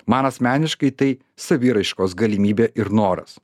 man asmeniškai tai saviraiškos galimybė ir noras